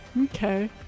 Okay